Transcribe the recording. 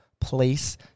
place